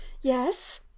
yes